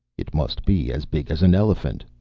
it must be as big as an elephant,